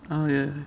ah ya